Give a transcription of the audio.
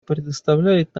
предоставляет